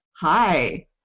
Hi